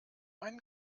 einen